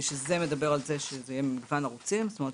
זה מדבר על זה שזה מגוון ערוצים, זאת אומרת